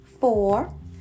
four